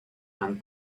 and